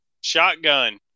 Shotgun